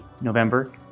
November